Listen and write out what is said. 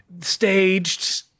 Staged